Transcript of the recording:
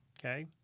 okay